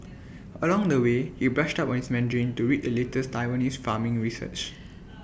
along the way he brushed up on his Mandarin to read the latest Taiwanese farming research